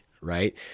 right